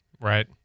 Right